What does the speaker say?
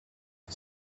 and